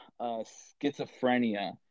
schizophrenia